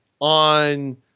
on